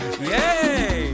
yay